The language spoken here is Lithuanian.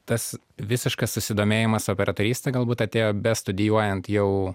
tas visiškas susidomėjimas operatoryste galbūt atėjo bestudijuojant jau